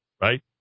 right